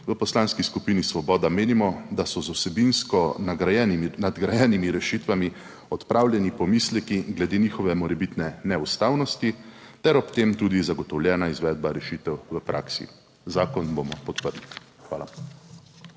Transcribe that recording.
v Poslanski skupini Svoboda menimo, da so z vsebinsko nadgrajenimi rešitvami odpravljeni pomisleki glede njihove morebitne neustavnosti ter ob tem tudi zagotovljena izvedba rešitev v praksi. Zakon bomo podprli. Hvala.